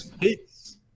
Peace